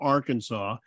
Arkansas